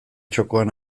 txokoan